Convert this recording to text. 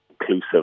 Inclusive